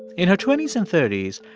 in her twenty s and thirty s,